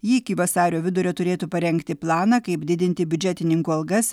ji iki vasario vidurio turėtų parengti planą kaip didinti biudžetininkų algas